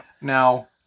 Now